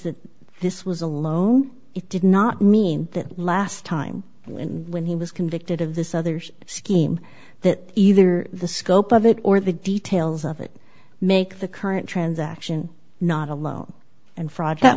that this was a loan it did not mean that last time when he was convicted of this others scheme that either the scope of it or the details of it make the current transaction not alone and fraud that